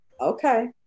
Okay